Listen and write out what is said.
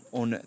on